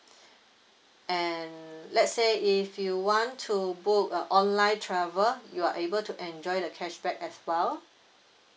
and let's say if you want to book uh online travel you're able to enjoy the cashback as well